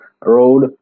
road